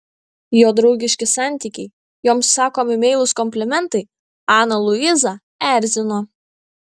jo draugiški santykiai joms sakomi meilūs komplimentai aną luizą erzino